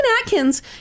Atkins